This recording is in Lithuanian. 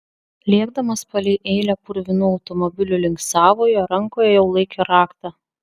lėkdamas palei eilę purvinų automobilių link savojo rankoje jau laikė raktą